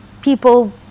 people